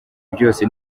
byose